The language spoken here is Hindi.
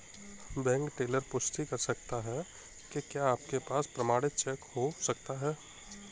बैंक टेलर पुष्टि कर सकता है कि क्या आपके पास प्रमाणित चेक हो सकता है?